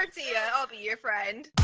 and see i'll be your friend